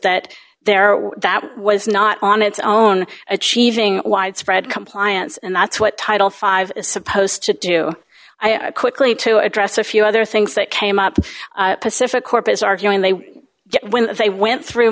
that there was that was not on its own achieving widespread compliance and that's what title five is supposed to do i quickly to address a few other things that came up the pacific corpus arguing they get when they went through